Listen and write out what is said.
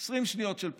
20 שניות של פוליטיקה.